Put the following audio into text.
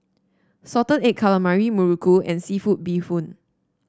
Salted Egg Calamari muruku and seafood Bee Hoon